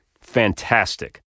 Fantastic